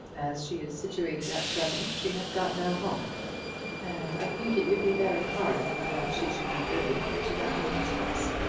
as she is situated at present she has got no home and i think it would be very horrid that she should be driven into that woman's house,